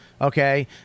okay